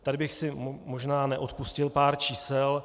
Tady bych si možná neodpustil pár čísel.